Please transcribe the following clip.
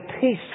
peace